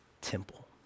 temple